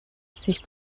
sich